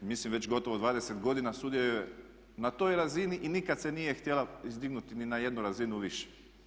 Mislim već gotovo 20 godina sudjeluje na toj razini i nikad se nije htjela izdignuti ni na jednu razinu više.